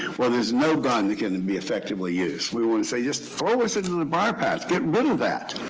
well, there's no gun that can and be effectively used. we want to say, just throw us into the briar patch. get rid of that.